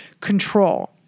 control